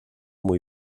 muy